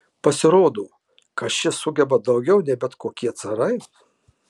pasirodo kad šis sugeba daugiau nei bet kokie carai